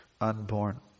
unborn